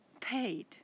paid